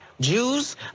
Jews